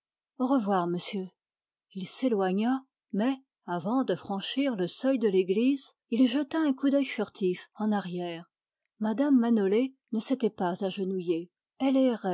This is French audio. au revoir monsieur avant de franchir le seuil de l'église il jeta un coup d'œil furtif en arrière mme manolé ne s'était pas agenouillée